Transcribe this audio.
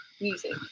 music